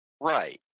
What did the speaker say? Right